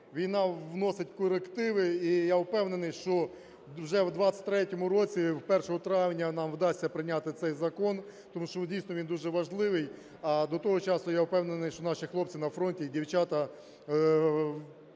війна вносить корективи, і я впевнений, що вже в 23-му році 1 травня нам вдасться прийняти цей закон, тому що, дійсно, він дуже важливий, а до того часу, я впевнений, що наші хлопці на фронті і дівчата